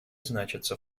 значатся